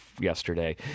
yesterday